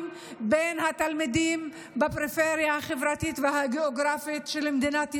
לתלמידים בפריפריה החברתית והגיאוגרפית של מדינת ישראל.